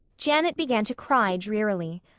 janet began to cry drearily.